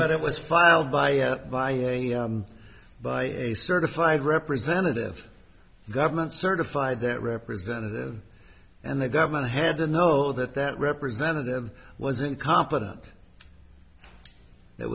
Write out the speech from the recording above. that it was filed by yet by by a certified representative government certified that representative and the government had to know that that representative was incompetent that